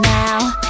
now